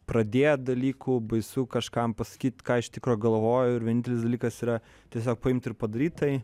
pradėt dalykų baisu kažkam pasakyt ką iš tikro galvoju ir vienintelis dalykas yra tiesiog paimt ir padaryt tai